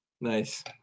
Nice